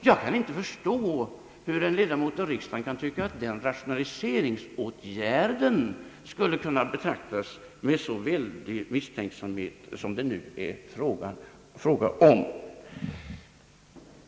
Jag förstår inte hur en ledamot av riksdagen kan tycka att den rationaliseringsåtgärden bör betraktas med en så väldig misstänksamhet som det nu är fråga om.